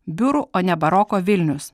biurų o ne baroko vilnius